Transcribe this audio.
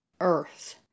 earth